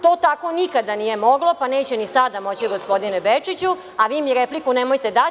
To tako nikada nije moglo, pa neće ni sada moći, gospodine Bečiću, a vi mi repliku nemojte dati.